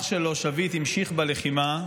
אח שלו, שביט, המשיך בלחימה.